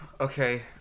Okay